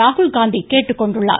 ராகுல்காந்தி கேட்டுக்கொண்டுள்ளார்